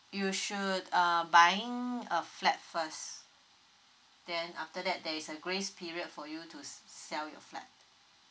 you should uh buying a flat first then after that there is a grace period for you to s~ sell your flat